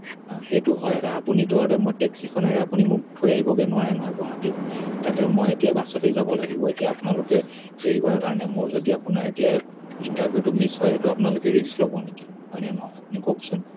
অঁ সেইটো হয় আৰ আপুনিতো আৰু টেক্সিখনেৰে আপুনি মোক থৈ আহিবগৈ নোৱাৰে নহয় গুৱাহাটীত তালৈও মই এতিয়া বাছতে যাব লাগিব এতিয়া আপোনালোকে দেৰি কৰাৰ কাৰণে মোৰ যদি আপোনাৰ এতিয়া ইণ্টাৰভিউটো মিছ হয় সেইটো আপোনালোকে ৰিস্ক ল'ব নেকি হয় নে নহয় আপুনি কওকচোন